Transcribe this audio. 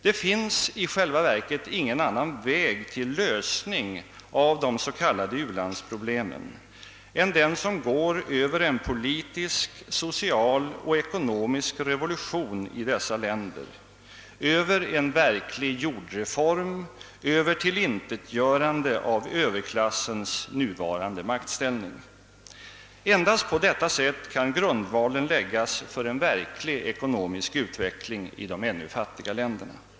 Det finns i själva verket ingen annan väg till lösning av de s.k. u-landsproblemen än den som går över en politisk, social och ekonomisk revolution i dessa länder, över en verklig jordreform, över tillintetgörande av Ööverklassens nuvarande maktställning. Endast på detta sätt kan grundvalen läggas för en verklig ekonomisk utveckling i de ännu fattiga länderna.